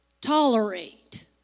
tolerate